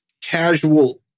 casual